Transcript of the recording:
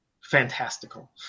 fantastical